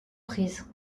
prise